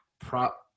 prop